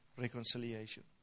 reconciliation